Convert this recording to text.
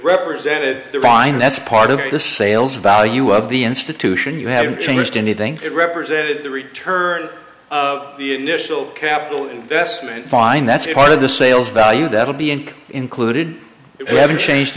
represented the vine that's part of the sales value of the institution you haven't changed anything it represented the return of the initial capital investment fine that's a part of the sales value that will be included they haven't changed